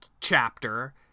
chapter